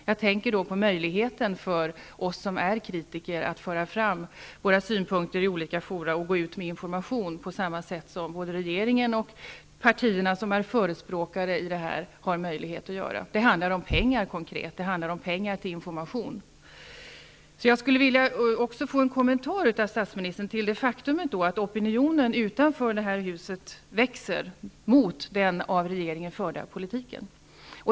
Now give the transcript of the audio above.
Jag tänker då på möjligheten för oss som är kritiker att föra fram våra synpunkter i olika fora och gå ut med information på samma sätt som både regeringen och de partier som är förespråkare har möjlighet att göra. Det handlar konkret om pengar till information. Jag skulle också vilja få en kommentar av statsministern till det faktum att opinionen utanför det här huset växer mot den av regeringen förda politiken.